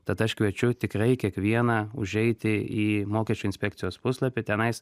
tad aš kviečiu tikrai kiekvieną užeiti į mokesčių inspekcijos puslapį tenais